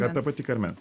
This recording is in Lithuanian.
ta pati karmen